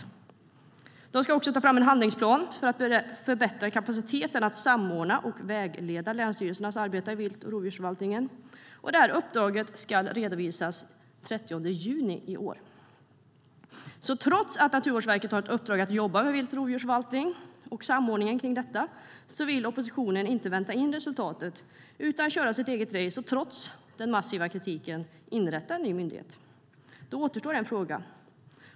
Naturvårdsverket ska också ta fram en handlingsplan för att förbättra kapaciteten att samordna och vägleda länsstyrelsernas arbete med vilt och rovdjursförvaltningen. Uppdraget ska redovisas senast den 30 juni i år. Trots att Naturvårdsverket har ett uppdrag att jobba med vilt och rovdjursförvaltningen och samordna denna vill oppositionen inte vänta in resultatet, utan de vill köra sitt eget race och trots den massiva kritiken inrätta en ny myndighet. Då återstår en fråga.